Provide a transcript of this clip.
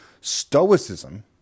Stoicism